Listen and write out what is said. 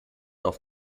auf